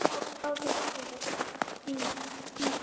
ஓ okay sister okay hmm ம்